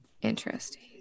Interesting